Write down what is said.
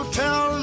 tell